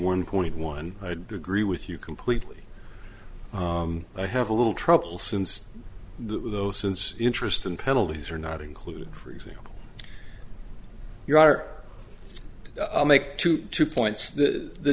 one point one i had to agree with you completely i have a little trouble since the since interest and penalties are not included for example you are make two two points the